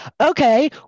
Okay